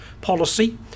policy